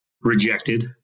rejected